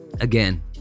Again